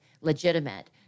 legitimate